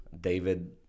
David